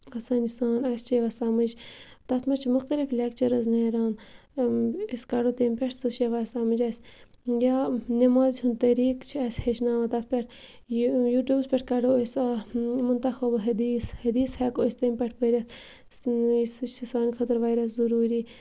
آسٲنی سان اَسہِ چھِ یِوان سمٕجھ تَتھ مَنٛز چھِ مُختَلِف لیٚکچرٕز نیران أسۍ کَڑو تَمہِ پٮ۪ٹھ سُہ چھ یِوان سمٕجھ اَسہِ یا نٮ۪مازِ ہُنٛد طٔریٖق چھُ اَسہِ ہیٚچھناوان تتھ پٮ۪ٹھ یہِ یوٗٹیوٗبَس پٮ۪ٹھ کَڑو أسۍ منتخب حدیث حدیث ہٮ۪کو أسۍ تَمہِ پٮ۪ٹھ پٔرِتھ سُہ چھُ سانہِ خٲطرٕ واریاہ ضٔروٗری